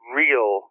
real